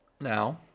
now